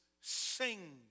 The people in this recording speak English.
sing